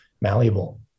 malleable